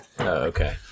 Okay